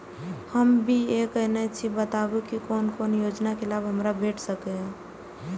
हम बी.ए केनै छी बताबु की कोन कोन योजना के लाभ हमरा भेट सकै ये?